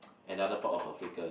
another part of Africa